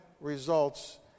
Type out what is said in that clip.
results